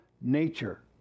nature